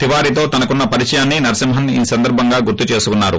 తివారీతో తనకున్న పరిచయాన్ని నరసింహన్ ఈ సందర్బంగా గుర్తు చేసుకున్నారు